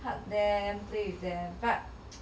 but then play with there but